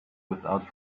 without